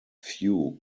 few